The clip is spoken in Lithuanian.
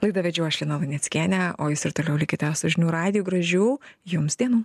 laidą vedžiau aš lina luneckienė o jūs ir toliau likite su žinių radiju gražių jums dienų